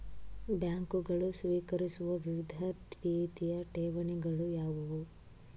ಬ್ಯಾಂಕುಗಳು ಸ್ವೀಕರಿಸುವ ವಿವಿಧ ರೀತಿಯ ಠೇವಣಿಗಳು ಯಾವುವು?